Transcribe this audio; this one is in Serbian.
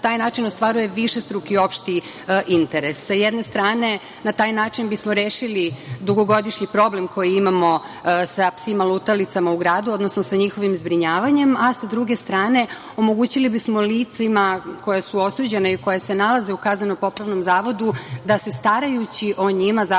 se na taj način ostvaruje višestruki opšti interes. Sa jedne strane, na taj način bismo rešili dugogodišnji problem koji imamo sa psima lutalicama u gradu, odnosno sa njihovim zbrinjavanjem, a sa druge strane će se omogućiti licima koja su osuđena, koja se nalaze u kazneno-popravnom zavodu da se starajući o njima zapravo